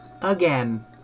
again